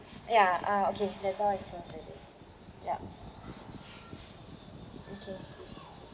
ya uh okay the door is closed already yup okay